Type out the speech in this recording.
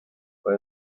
fue